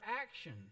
action